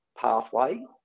pathway